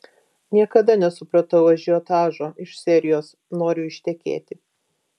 niekada nesupratau ažiotažo iš serijos noriu ištekėti